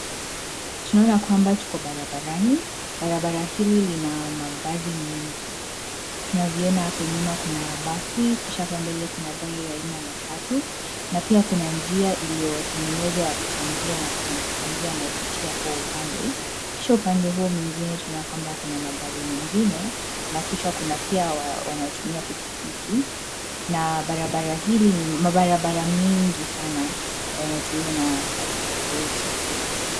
Tunaona kwamba tuko barabarani. Barabara hili lina magari mengi. Tunavyoona hapo nyuma kuna basi kisha hapa mbele kuna gari ya aina ya matatu na pia kuna njia iliyotengenezwa ya wapita njia na kuna mpita njia anaipitia huo upande. Kisha upande huo mwingine tunaona kwamba kuna magari mengine na kisha kuna pia wanaotumia pikipiki na barabara hili ni mabarabara mengi sana yanayotumiwa na watu tofauti.